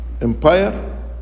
Empire